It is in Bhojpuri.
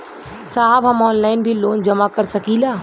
साहब हम ऑनलाइन भी लोन जमा कर सकीला?